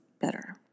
better